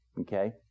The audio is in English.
okay